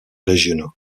régionaux